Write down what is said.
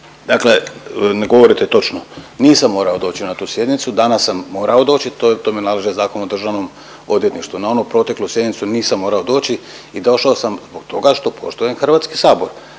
Dakle, ne govorite točno. Nisam morao doći na tu sjednicu. Danas sam morao doći, to mi nalaže Zakon o državnom odvjetništvu. Na onu proteklu sjednicu nisam morao doći i došao sam zbog toga što poštujem Hrvatski sabor.